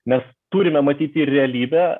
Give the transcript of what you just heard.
mes turime matyti realybę